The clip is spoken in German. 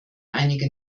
einige